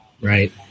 Right